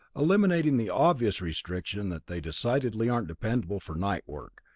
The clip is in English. eliminating the obvious restriction that they decidedly aren't dependable for night work,